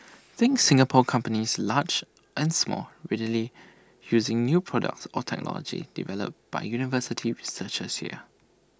think Singapore companies large and small readily using new products or technology developed by university researchers here